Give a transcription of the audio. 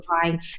trying